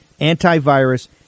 antivirus